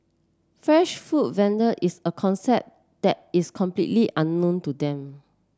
fresh food vending is a concept that is completely unknown to them